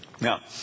Now